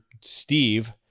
Steve